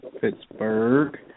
Pittsburgh